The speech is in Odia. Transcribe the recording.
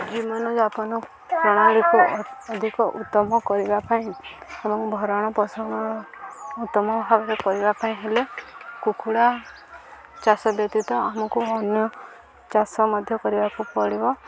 ଜୀବନଯାପନ ପ୍ରଣାଳୀକୁ ଅଧିକ ଉତ୍ତମ କରିବା ପାଇଁ ଏବଂ ଭରଣ ପୋଷଣ ଉତ୍ତମ ଭାବରେ କରିବା ପାଇଁ ହେଲେ କୁକୁଡ଼ା ଚାଷ ବ୍ୟତୀତ ଆମକୁ ଅନ୍ୟ ଚାଷ ମଧ୍ୟ କରିବାକୁ ପଡ଼ିବ